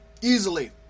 easily